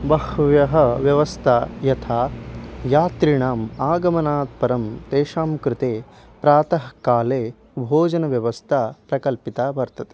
बह्व्यः व्यवस्थाः यथा यात्रिणाम् आगमनात्परं तेषां कृते प्रातःकाले भोजनव्यवस्था प्रकल्पिता वर्तते